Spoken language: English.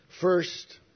First